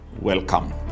Welcome